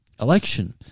election